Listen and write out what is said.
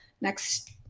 Next